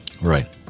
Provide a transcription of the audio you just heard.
Right